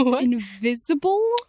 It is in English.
invisible